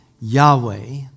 Yahweh